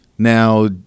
Now